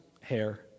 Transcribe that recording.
hair